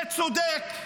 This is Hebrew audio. זה צודק?